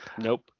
nope